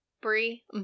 brie